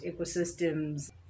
ecosystems